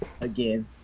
again